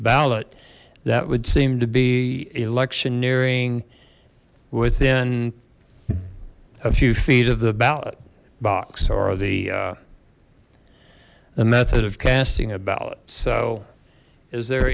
ballot that would seem to be electioneering within a few feet of the ballot box or the the method of casting a ballot so is there